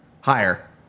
Higher